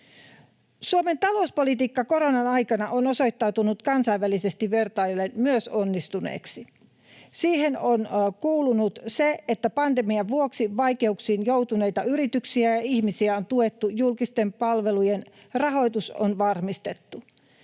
Suomen talouspolitiikka koronan aikana on osoittautunut myös kansainvälisesti vertaillen onnistuneeksi. Siihen on kuulunut se, että pandemian vuoksi vaikeuksiin joutuneita yrityksiä ja ihmisiä on tuettu ja julkisten palvelujen rahoitus on varmistettu.